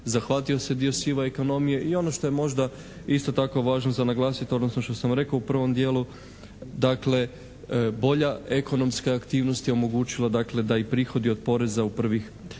zahvatio se dio sive ekonomije i ono što je možda isto tako važno za naglasiti, odnosno što sam rekao u prvom dijelu, dakle bolja ekonomska aktivnost je omogućila dakle da i prihodi od poreza u prvih šest